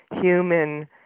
human